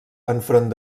enfront